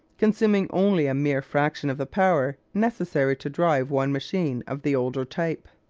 consuming only a mere fraction of the power necessary to drive one machine of the older type.